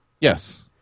Yes